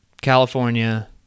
california